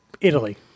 Italy